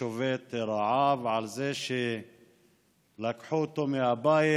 לשביתת הרעב של מאהר אל-אח'רס על זה שלקחו אותו מהבית.